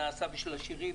נעשה בשביל עשירים.